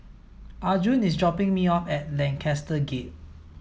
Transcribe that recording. Arjun is dropping me off at Lancaster Gate